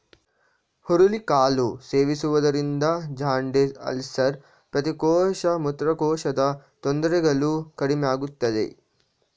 ಹುರುಳಿ ಕಾಳು ಸೇವಿಸುವುದರಿಂದ ಜಾಂಡಿಸ್, ಅಲ್ಸರ್, ಪಿತ್ತಕೋಶ, ಮೂತ್ರಕೋಶದ ತೊಂದರೆಗಳು ಕಡಿಮೆಯಾಗುತ್ತದೆ